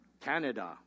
Canada